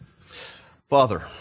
Father